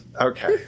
Okay